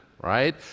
right